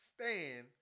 stand